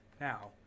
Now